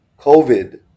COVID